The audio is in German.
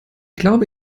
glaube